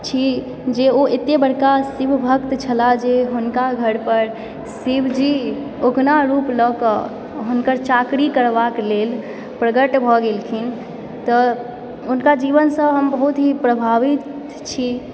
छी जे ओ एतय बड़का शिवभक्त छलाह जे हुनका घर पर शिवजी उगना रुपलऽ कऽ हुनकर चाकरी करबाक लेल प्रगट भऽ गेलखिन तऽ हुनका जीवनसँ हम बहुत ही प्रभावित छी